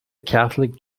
catholic